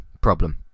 problem